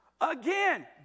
Again